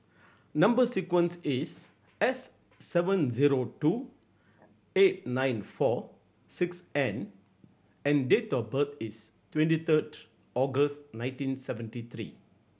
number sequence is S seven zero two eight nine four six N and date of birth is twenty third August nineteen seventy three